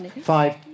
five